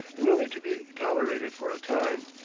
and only to be tolerated for a time.